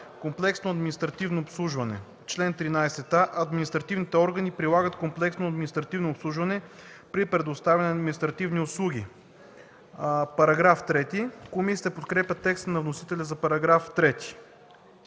„Комплексно административно обслужване Чл. 13а. Административните органи прилагат комплексно административно обслужване при предоставяне на административни услуги.” Комисията подкрепя текста на вносителя за § 3.